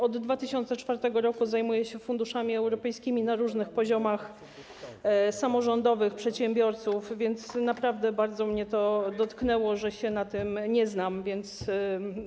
Od 2004 r. zajmuję się funduszami europejskimi na różnych poziomach: samorządowych, przedsiębiorców, więc naprawdę bardzo mnie to dotknęło, że nie znam się na tym.